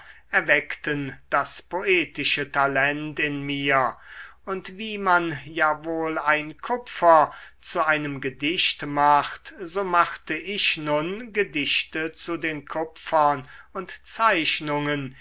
erweckten das poetische talent in mir und wie man ja wohl ein kupfer zu einem gedicht macht so machte ich nun gedichte zu den kupfern und zeichnungen